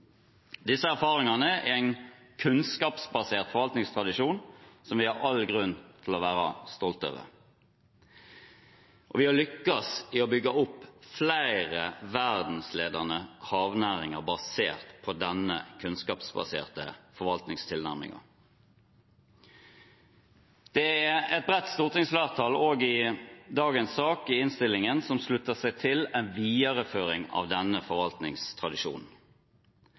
Disse erfaringene er en kunnskapsbasert forvaltningstradisjon som vi har all grunn til å være stolt over. Vi har lyktes i å bygge opp flere verdensledende havnæringer basert på denne kunnskapsbaserte forvaltningstilnærmingen. Det er et bredt stortingsflertall, også et bredt flertall i innstillingen til dagens sak, som slutter seg til en videreføring av denne